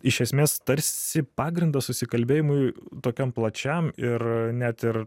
iš esmės tarsi pagrindo susikalbėjimui tokiam plačiam ir net ir